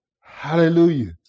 Hallelujah